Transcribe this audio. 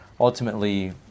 ultimately